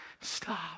stop